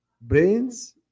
brains